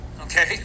okay